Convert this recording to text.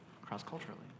cross-culturally